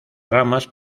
ramas